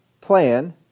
plan